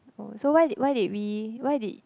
oh so why did why did we why did